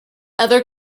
other